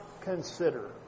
consider